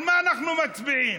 על מה אנחנו מצביעים?